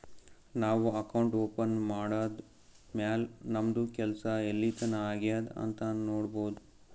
ನಾವು account open ಮಾಡದ್ದ್ ಮ್ಯಾಲ್ ನಮ್ದು ಕೆಲ್ಸಾ ಎಲ್ಲಿತನಾ ಆಗ್ಯಾದ್ ಅಂತ್ ನೊಡ್ಬೋದ್